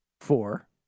Four